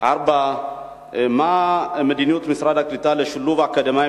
4. מה מדיניות משרד הקליטה לשילוב אקדמאים